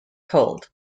cold